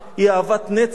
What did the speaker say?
היא אהבת נצח,